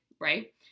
right